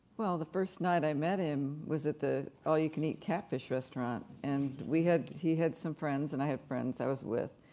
well, the first night i met him was at the all you can eat catfish restaurant, and we had, he had some friends and i had friends i was with,